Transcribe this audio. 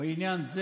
בעניין זה.